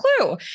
clue